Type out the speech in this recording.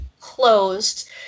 closed